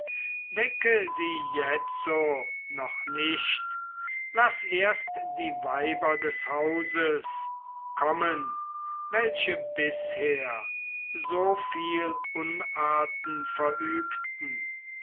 wecke sie jetzo noch nicht laß erst die weiber des hauses kommen welche bisher so viel unarten verübten